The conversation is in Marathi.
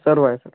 सर्व आहे सर्व